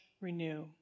renew